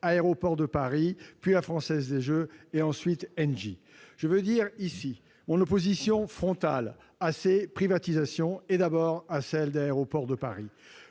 Aéroports de Paris, la Française des jeux et ENGIE. Je veux dire ici mon opposition frontale à ces privatisations et, d'abord, à celle d'Aéroports de Paris.